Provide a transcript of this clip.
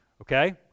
okay